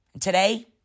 Today